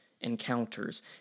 encounters